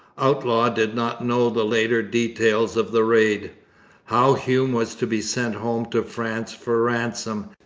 outlaw did not know the later details of the raid how hume was to be sent home to france for ransom,